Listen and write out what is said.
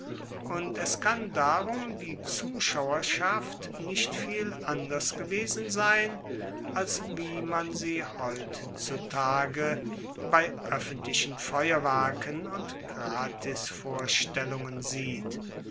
und es kann darum die zuschauerschaft nicht viel anders gewesen sein als wie man sie heutzutage bei oeffentlichen feuerwerken und gratisvorstellungen sieht